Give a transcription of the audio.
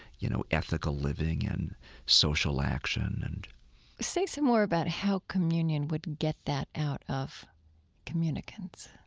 you know, ethical living and social action and say some more about how communion would get that out of communicants?